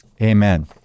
amen